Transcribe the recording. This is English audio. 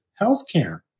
healthcare